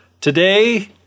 Today